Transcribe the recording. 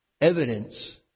Evidence